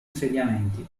insediamenti